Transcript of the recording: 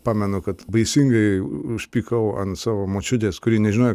pamenu kad baisingai užpykau ant savo močiutės kuri nežinojo